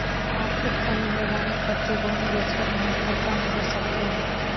आर्थिक कमी होजाने पर तु बॉन्ड बेचकर मुनाफा कम कर सकलु हे